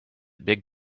big